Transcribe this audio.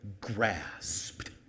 grasped